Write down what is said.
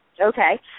Okay